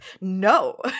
no